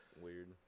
weird